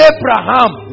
Abraham